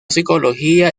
psicología